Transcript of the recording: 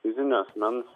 fizinio asmens